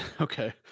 okay